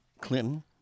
Clinton